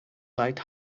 light